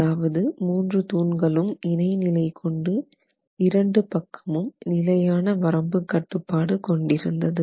அதாவது மூன்று தூண்களும் இணைநிலை கொண்டு இரண்டு பக்கமும் நிலையான வரம்பு கட்டுப்பாடு கொண்டிருந்தது